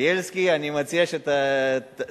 בילסקי, אני מציע את מועמדותך.